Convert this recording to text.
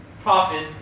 profit